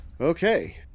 Okay